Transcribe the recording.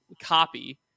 copy